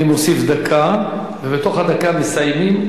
אני מוסיף דקה, ובתוך הדקה מסיימים.